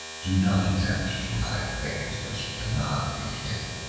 do not attempt to hide things which cannot be hid.